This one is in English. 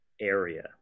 area